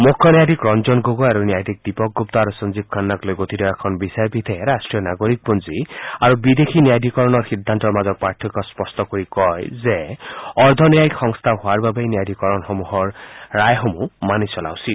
মুখ্য ন্যায়াধীশ ৰঞ্জন গগৈ আৰু ন্যায়াধীশ দীপক গুপ্তা আৰু সঞ্জীব খান্নাক লৈ গঠিত এখন বিচাৰপীঠে ৰাষ্ট্ৰীয় নাগৰিকপঞ্জী আৰু বিদেশী ন্যায়াধীকৰণৰ সিদ্ধান্তৰ মাজৰ পাৰ্থক্য স্পট্ট কৰি কয় যে অৰ্ধন্যায়িক সংস্থা হোৱাৰ বাবেই ন্যায়াধীকৰণৰ ৰায় সমূহ মানি চলা উচিত